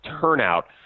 turnout